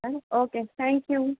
हां okay thank you